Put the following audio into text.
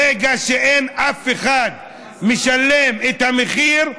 ברגע שאין אף אחד שמשלם את המחיר,